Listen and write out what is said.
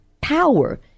power